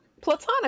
Platonic